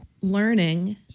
learning